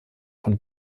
von